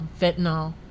fentanyl